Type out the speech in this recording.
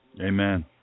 amen